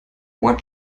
what